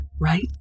right